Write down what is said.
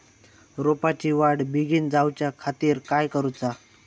रोपाची वाढ बिगीन जाऊच्या खातीर काय करुचा?